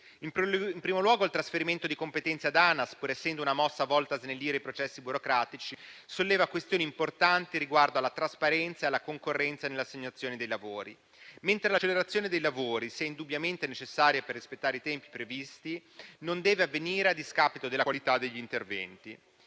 In primo luogo, il trasferimento di competenze all'ANAS, pur essendo una mossa volta a snellire i processi burocratici, solleva questioni importanti riguardo alla trasparenza e alla concorrenza nell'assegnazione dei lavori, mentre l'accelerazione dei lavori, se è indubbiamente necessaria per rispettare i tempi previsti, non deve avvenire a discapito della qualità degli interventi.